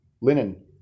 linen